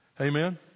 Amen